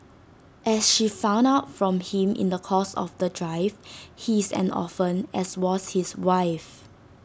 as she found out from him in the course of the drive he is an orphan as was his wife